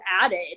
added